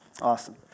Awesome